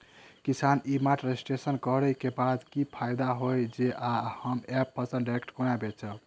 किसान e mart registration करै केँ बाद की फायदा होइ छै आ ऐप हम फसल डायरेक्ट केना बेचब?